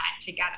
together